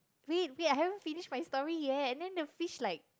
wait wait I haven't finished my story yet then the fish like